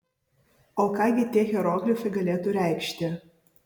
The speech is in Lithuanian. o ką gi tie hieroglifai galėtų reikšti